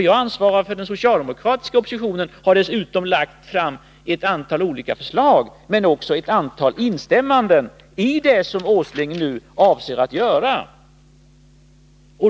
Jag ansvarar för den socialdemokratiska oppositionen och har dessutom lagt fram ett antal förslag men också gjort ett antal instämmanden i det som herr Åsling nu avser att göra.